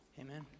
Amen